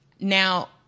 Now